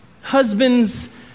husband's